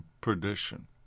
perdition